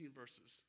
verses